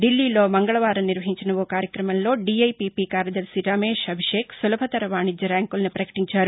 ఢిల్లీలో మంగకవారం నిర్వహించిన ఓ కార్యక్రమంలో డీఐపీపీ కార్యదర్శి రమేశ్ అభిషేక్ సులభతర వాణిజ్య ర్యాంకులను ప్రపకటించారు